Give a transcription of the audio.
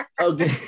Okay